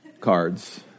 cards